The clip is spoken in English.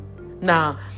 Now